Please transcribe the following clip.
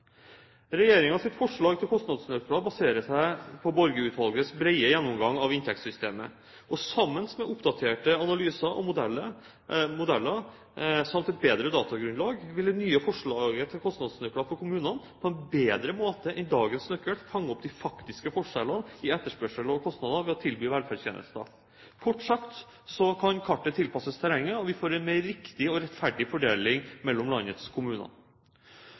forslag til kostnadsnøkler baserer seg på Borge-utvalgets brede gjennomgang av inntektssystemet. Og sammen med oppdaterte analyser og modeller, samt et bedre datagrunnlag, vil det nye forslaget til kostnadsnøkkel for kommunene på en bedre måte enn dagens nøkkel fanger opp de faktiske forskjellene i etterspørselen og kostnader ved å tilby velferdstjenester. Kort sagt så kan kartet tilpasses terrenget og vi får en mer riktig og rettferdig fordeling mellom landets